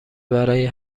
ورای